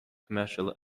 commercial